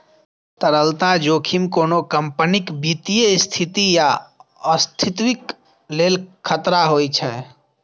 तरलता जोखिम कोनो कंपनीक वित्तीय स्थिति या अस्तित्वक लेल खतरा होइ छै